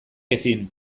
ezin